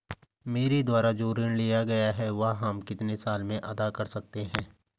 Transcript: मेरे द्वारा जो ऋण लिया गया है वह हम कितने साल में अदा कर सकते हैं?